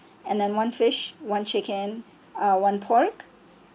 and then one fish one chicken uh one pork